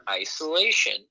isolation